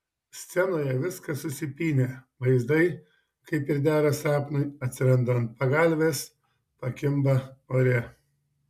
scenoje viskas susipynę vaizdai kaip ir dera sapnui atsiranda ant pagalvės pakimba ore